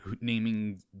naming